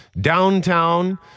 downtown